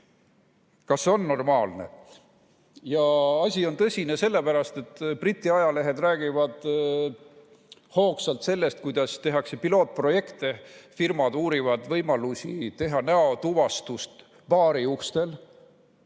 kas see on normaalne. Asi on tõsine. Briti ajalehed räägivad hoogsalt sellest, kuidas tehakse pilootprojekte, firmad uurivad võimalusi teha näotuvastust baariustel,